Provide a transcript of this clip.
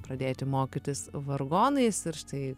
pradėti mokytis vargonais ir štai